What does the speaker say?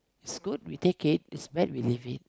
is good we take it is bad we leave it